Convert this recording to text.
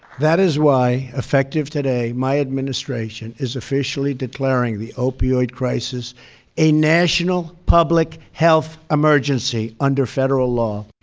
that is why, effective today, my administration is officially declaring the opioid crisis a national public health emergency under federal law.